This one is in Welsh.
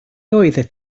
oeddet